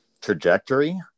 trajectory